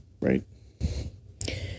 right